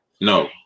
No